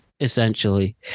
Essentially